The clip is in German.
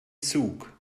zug